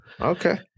Okay